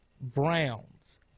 Browns